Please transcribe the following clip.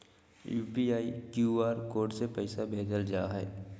UPI, QR code से पैसा भेजल जा हइ